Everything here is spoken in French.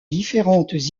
différentes